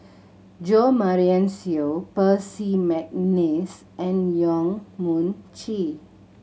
Jo Marion Seow Percy McNeice and Yong Mun Chee